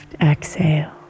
exhale